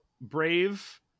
brave